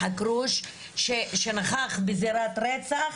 באדם שנכח בזירת רצח,